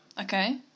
Okay